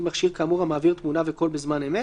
מכשיר כאמור המעביר תמונה וקול בזמן אמת,